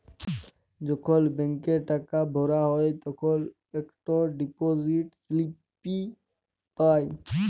যখল ব্যাংকে টাকা ভরা হ্যায় তখল ইকট ডিপজিট ইস্লিপি পাঁই